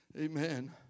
Amen